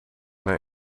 naar